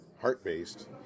heart-based